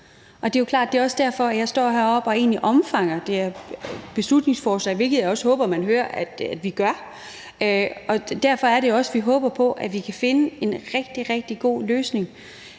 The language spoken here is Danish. Det er klart, at det jo også er derfor, at jeg står heroppe og egentlig omfavner det her beslutningsforslag, hvilket jeg også håber man hører jeg gør. Derfor er det også, at vi håber på, at vi kan finde en rigtig, rigtig god løsning.